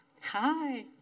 Hi